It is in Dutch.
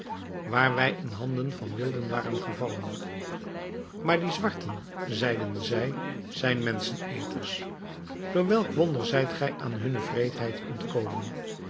waar wij in handen van wilden waren gevallen maar die zwarten zeiden zij zijn menscheneters door welk wonder zijt gij aan hunne wreedheid ontkomen